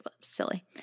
Silly